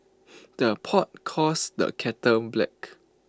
the pot calls the kettle black